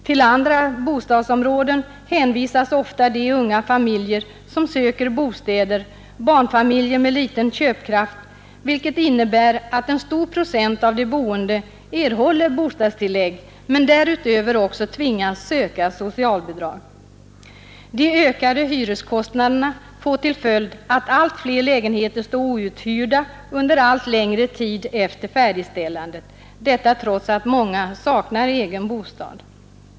Till andra bostadsområden hänvisas de unga familjer som söker bostäder, barnfamiljer med liten köpkraft, vilket innebär att en stor procent av de boende erhåller bostadstillägg, men därutöver också tvingas söka socialbidrag. De ökade hyreskostnaderna får till följd att allt fler lägenheter står outhyrda under allt längre tid efter färdigställandet — detta trots att många saknar egen bostad.